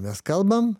mes kalbam